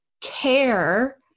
care